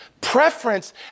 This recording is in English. Preference